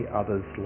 others